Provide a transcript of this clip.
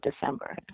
December